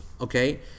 okay